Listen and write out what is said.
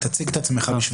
תציג את עצמך.